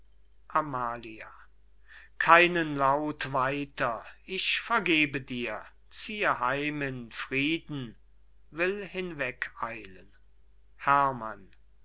amalia keinen laut weiter ich vergebe dir ziehe heim im frieden will hinweg eilen herrmann